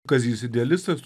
kazys idealistas